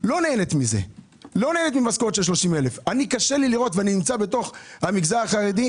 לא נהנית ממשכורות של 30,000. אני נמצא בתוך המגזר החרדי.